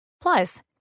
Plus